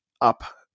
up